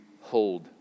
hold